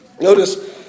Notice